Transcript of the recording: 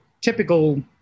typical